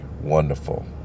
wonderful